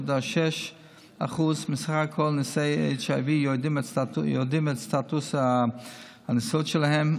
93.6% מסך כל נשאי ה-HIV יודעים את סטטוס הנשאות שלהם,